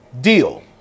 deal